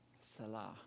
Salah